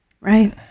Right